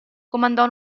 comandò